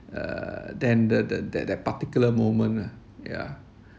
uh than the the that that particular moment lah ya